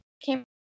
came